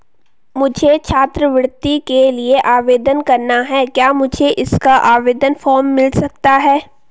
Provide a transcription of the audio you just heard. मुझे छात्रवृत्ति के लिए आवेदन करना है क्या मुझे इसका आवेदन फॉर्म मिल सकता है?